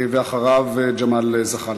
ואחריו, חבר הכנסת ג'מאל זחאלקה.